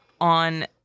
on